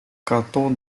canton